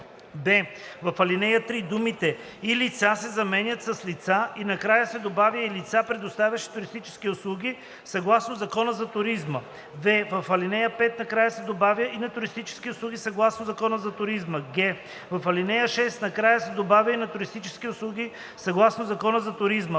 б) в ал. 3 думите „и лица“ се заменят с „лица“ и накрая се добавя „и лица, предоставящи туристически услуги съгласно Закона за туризма.“; в) в ал. 5 накрая се добавя „и на туристически услуги съгласно Закона за туризма.“; г) в ал. 6 накрая се добавя „и на туристически услуги съгласно Закона за туризма.“